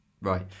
Right